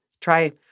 try